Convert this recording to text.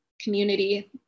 community